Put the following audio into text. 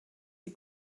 die